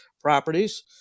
Properties